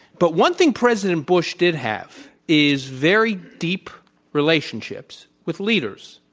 but one thing president bush did have is very deep relationships with leaders,